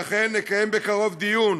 ואכן, נקיים בקרוב דיון